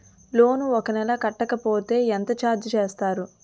Loan ఒక నెల కట్టకపోతే ఎంత ఛార్జ్ చేస్తారు?